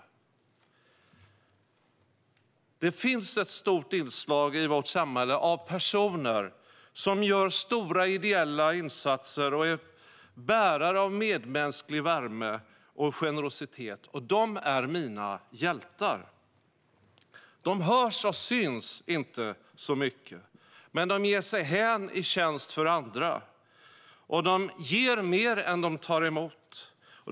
I vårt samhälle finns ett stort inslag av personer som gör stora ideella insatser och är bärare av medmänsklig värme och generositet. De är mina hjältar. De hörs och syns inte så mycket men ger sig hän i tjänst för andra. De ger mer än de tar emot.